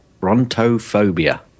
Brontophobia